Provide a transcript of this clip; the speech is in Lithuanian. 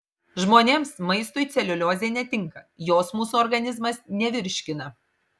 žmonėms maistui celiuliozė netinka jos mūsų organizmas nevirškina